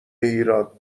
هیراد